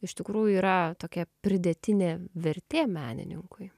iš tikrųjų yra tokia pridėtinė vertė menininkui